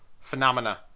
phenomena